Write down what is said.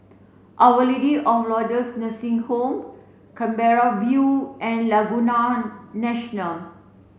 our Lady of Lourdes Nursing Home Canberra View and Laguna National